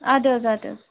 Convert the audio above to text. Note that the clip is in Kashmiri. اَدٕ حظ اَدٕ حظ